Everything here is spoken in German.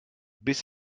bis